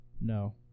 No